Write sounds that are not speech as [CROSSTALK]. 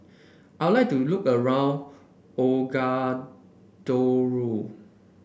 I would like to look around [UNINTELLIGIBLE]